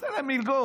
נעשה להם מלגות.